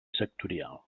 sectorial